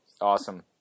Awesome